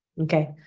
okay